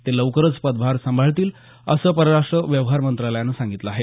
ते लवकरच आपला पदभार सांभाळतील असं परराष्ट व्यवहार मंत्रालयानं सांगितलं आहे